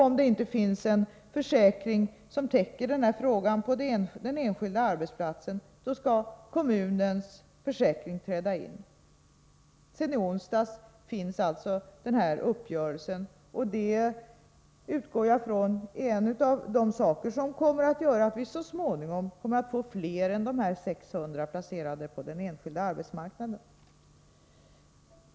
Om det inte finns en försäkring som täcker sådana skador på den enskilda arbetsplatsen skall kommunens försäkring träda in. Sedan i onsdags finns alltså denna uppgörelse. Jag utgår från att detta är en av de saker som gör att vi så småningom kommer att få fler än de här 600 placerade på den enskilda arbetsmarknaden.